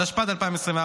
התשפ"ד 2024,